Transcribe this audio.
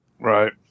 Right